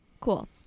cool